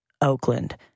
Oakland